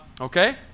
Okay